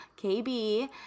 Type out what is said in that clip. kb